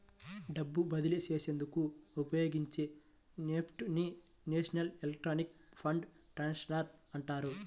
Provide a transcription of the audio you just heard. డబ్బు బదిలీ చేసేందుకు ఉపయోగించే నెఫ్ట్ ని నేషనల్ ఎలక్ట్రానిక్ ఫండ్ ట్రాన్స్ఫర్ అంటారు